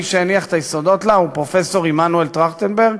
מי שהניח את היסודות לה הוא פרופסור מנואל טרכטנברג,